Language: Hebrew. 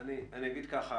אני אגיד כך,